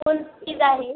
school fees आहे